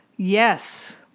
Yes